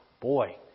Boy